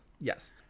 Yes